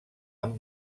amb